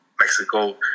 Mexico